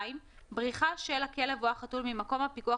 (2)בריחה של הכלב או החתול ממקום הפיקוח